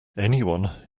anyone